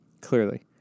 Clearly